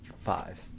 five